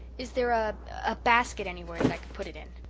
is there a a basket anywhere that i could put it in?